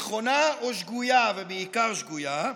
נכונה או שגויה, ובעיקר שגויה,